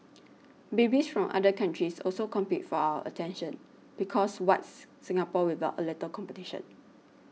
babies from other countries also compete for our attention because what's Singapore without a little competition